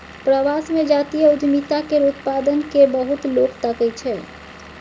प्रवास मे जातीय उद्यमिता केर उत्पाद केँ बहुत लोक ताकय छै